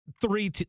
three